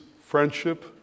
friendship